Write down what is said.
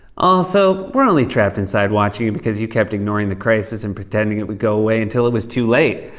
also, we're only trapped inside watching you because you kept ignoring the crisis and pretending it would go away until it was too late.